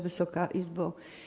Wysoka Izbo!